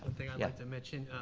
thing i'd like to mention.